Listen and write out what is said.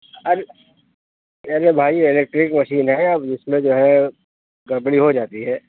ارے ارے بھائی electric machine ہے اب اِس میں جو ہے گڑبڑی ہو جاتی ہے